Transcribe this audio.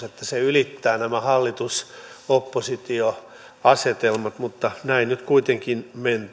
että se ylittää nämä hallitus oppositio asetelmat mutta näin nyt kuitenkin